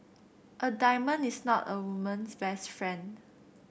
a diamond is not a woman's best friend